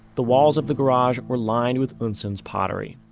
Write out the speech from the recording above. the walls of the garage were lined with eunsoon's pottery.